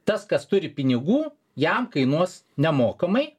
tas kas turi pinigų jam kainuos nemokamai